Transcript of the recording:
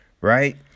Right